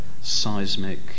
seismic